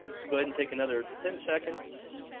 let's go ahead and take another ten seconds.